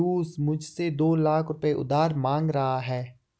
पियूष मुझसे दो लाख रुपए उधार मांग रहा है